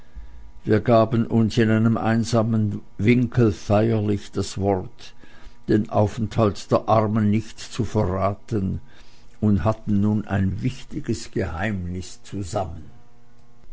wir gaben uns in einem einsamen winkel feierlich das wort den aufenthalt der armen nicht zu verraten und hatten nun ein wichtiges geheimnis zusammen